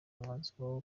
umwanzuro